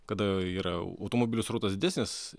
kada yra automobilių srautas didesnis